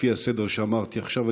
לפי הסדר שאמרתי עכשיו.